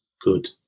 good